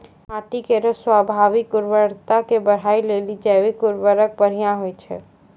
माटी केरो स्वाभाविक उर्वरता के बढ़ाय लेलि जैविक उर्वरक बढ़िया होय छै